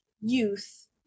youth